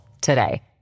today